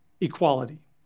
equality